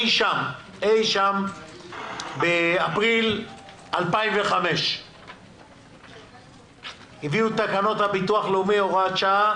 אי שם באפריל 2005 הביאו תקנות הביטוח הלאומי הוראת שעה